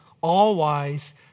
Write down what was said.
all-wise